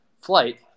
flight